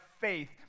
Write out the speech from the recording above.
faith